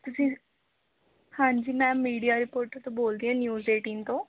ਤੁਸੀਂ ਹਾਂਜੀ ma'am media reporter ਤੋਂ ਬੋਲਦੀ ਹਾਂ ਨਿਊਜ਼ ਏਟੀਨ ਤੋਂ